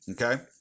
okay